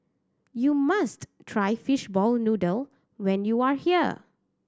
you must try fishball noodle when you are here